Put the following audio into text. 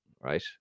right